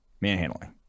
manhandling